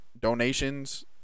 Donations